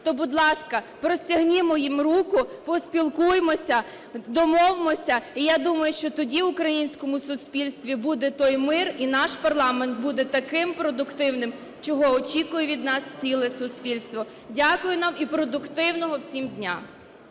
то, будь ласка, простягнімо їм руку, поспілкуймося, домовимося. І я думаю, що тоді в українському суспільстві буде той мир, і наш парламент буде таким продуктивним, чого очікує від нас ціле суспільство. Дякую вам. І продуктивного всім дня.